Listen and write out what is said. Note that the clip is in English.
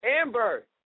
Amber